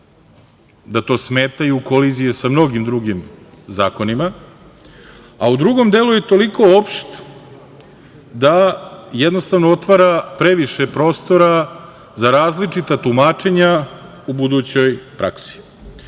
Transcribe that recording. da to smeta i u koliziji je sa mnogim drugim zakonima, a u drugom delu je toliko opšt da jednostavno otvara previše prostora za različita tumačenja u budućoj praksi. Ovo